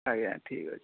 ଆଜ୍ଞା ଠିକ ଅଛି